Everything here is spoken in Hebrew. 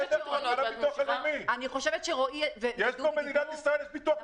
יש ביטוח לאומי במדינת ישראל.